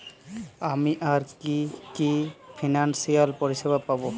আমি আর কি কি ফিনান্সসিয়াল পরিষেবা পাব?